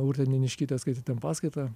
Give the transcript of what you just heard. urtė neniškytė skaitė ten paskaitą